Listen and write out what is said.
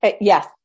Yes